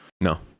No